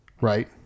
Right